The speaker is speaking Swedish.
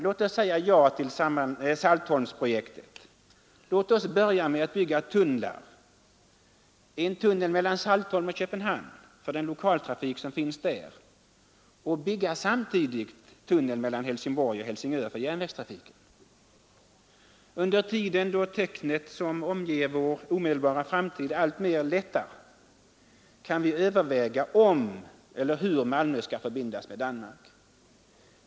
Låt oss säga ja till Saltholmsprojektet, låt oss börja med att bygga en tunnel mellan Saltholm och Köpenhamn för den lokaltrafik som kommer att finnas där och samtidigt bygga en tunnel mellan Helsingborg och Helsingör för järnvägstrafiken! Under tiden då töcknet som omger vår omedelbara framtid alltmer lättar kan vi överväga om eller hur Malmö skall förbindas med Danmark.